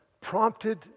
prompted